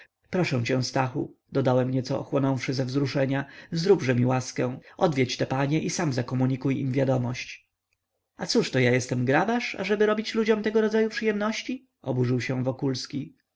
proszę cię stachu dodałem nieco ochłonąwszy ze wzruszenia zróbże mi łaskę odwiedź te panie i sam zakomunikuj im wiadomość a cóżto ja jestem grabarz ażeby robić ludziom tego rodzaju przyjemności oburzył się wokulski